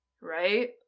right